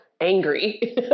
angry